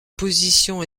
position